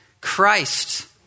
Christ